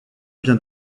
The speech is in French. vient